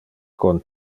con